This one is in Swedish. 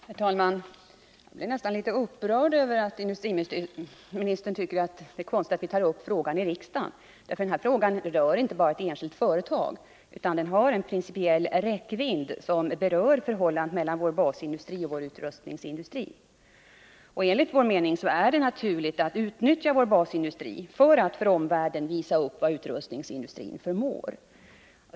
Herr talman! Jag blir nästan litet upprörd över att industriministern tycker att det är konstigt att vi tar upp frågan i riksdagen. Det gäller inte bara ett enskilt företag. Frågan har principiell räckvidd som berör förhållandet mellan landets basindustri och vår utrustningsindustri. Enligt vår mening är det naturligt att utnyttja landets basindustri för att inför omvärlden visa upp vad utrustningsindustrin förmår.